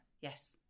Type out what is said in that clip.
Yes